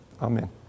Amen